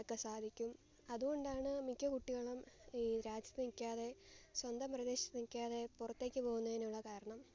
ഒക്കെ സാധിക്കും അതുകൊണ്ടാണ് മിക്കകുട്ടികളും ഈ രാജ്യത്തു നിൽക്കാതെ സ്വന്തം പ്രദേശത്തു നിൽക്കാതെ പുറത്തേക്കു പോകുന്നതിനുള്ള കാരണം